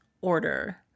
order